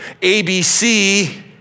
ABC